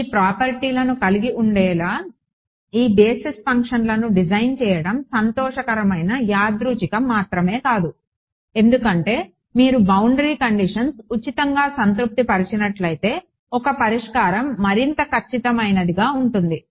ఈ ప్రాపర్టీలను కలిగి ఉండేలా ఈ బేసిస్ ఫంక్షన్స్లను డిజైన్ చేయడం సంతోషకరమైన యాదృచ్చికం మాత్రమే కాదు ఎందుకంటే మీరు బౌండరీ కండిషన్స్ ఉచితంగా సంతృప్తి పరచినట్లయితే ఒక పరిష్కారం మరింత ఖచ్చితమైనదిగా ఉంటుంది